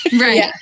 Right